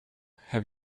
have